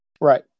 Right